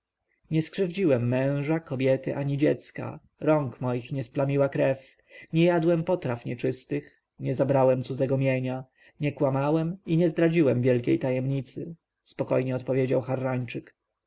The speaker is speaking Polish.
nie skrzywdziłem męża kobiety ani dziecka rąk moich nie splamiła krew nie jadłem potraw nieczystych nie zabrałem cudzego mienia nie kłamałem i nie zdradziłem wielkiej tajemnicy spokojnie odpowiedział